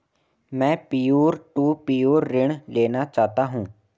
मैं peer to peer ऋण लेना चाहता हूँ